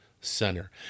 center